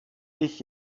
ich